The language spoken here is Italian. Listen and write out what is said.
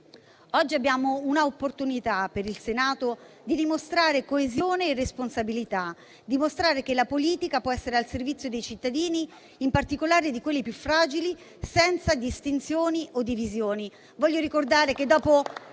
Oggi abbiamo un'opportunità per il Senato di dimostrare coesione e responsabilità e di mostrare che la politica può essere al servizio dei cittadini, in particolare di quelli più fragili, senza distinzioni o divisioni.